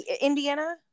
Indiana